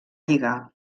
lligar